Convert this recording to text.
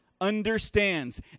understands